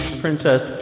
princess